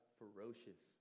ferocious